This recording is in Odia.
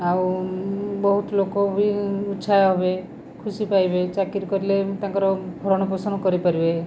ଆଉ ବହୁତ ଲୋକବି ଉତ୍ସାହ ହେବେ ଖୁସି ପାଇବେ ଚାକିରି କଲେ ତାଙ୍କର ଭରଣପୋଷଣ କରିପାରିବେ